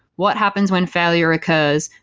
what happens when failure occurs?